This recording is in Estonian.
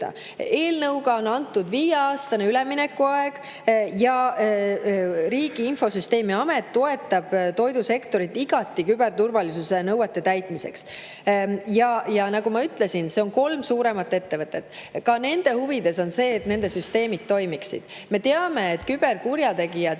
Eelnõuga on antud viieaastane üleminekuaeg ja Riigi Infosüsteemi Amet toetab toidusektorit igati küberturvalisuse nõuete täitmisel. Nagu ma ütlesin, on kolm suuremat ettevõtet. Ka nende huvides on see, et nende süsteemid toimiksid. Me teame, et küberkurjategijad